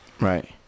right